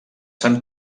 sant